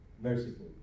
Merciful